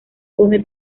come